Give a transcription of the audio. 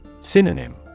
Synonym